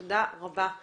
תודה רבה.